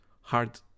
hard